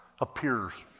appears